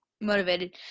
motivated